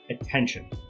attention